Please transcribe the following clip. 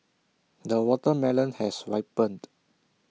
the watermelon has ripened